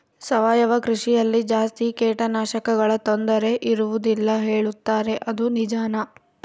ಸಾವಯವ ಕೃಷಿಯಲ್ಲಿ ಜಾಸ್ತಿ ಕೇಟನಾಶಕಗಳ ತೊಂದರೆ ಇರುವದಿಲ್ಲ ಹೇಳುತ್ತಾರೆ ಅದು ನಿಜಾನಾ?